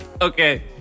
Okay